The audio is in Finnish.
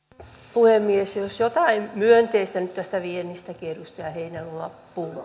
puhemies jos jotain myönteistä nyt tästä viennistäkin edustaja heinäluoma